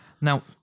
Now